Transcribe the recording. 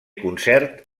concert